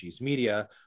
media